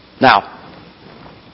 Now